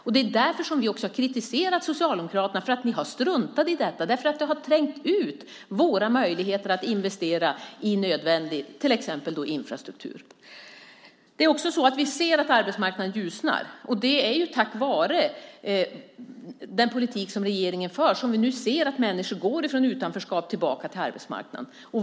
Vi har kritiserat Socialdemokraterna för att ni har struntat i detta. Det har trängt ut våra möjligheter att investera i nödvändig infrastruktur till exempel. Vi ser att arbetsmarknaden ljusnar. Det är tack vare den politik som regeringen för som vi ser att människor nu går från utanförskap tillbaka till arbetsmarknad.